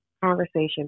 Conversation